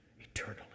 eternally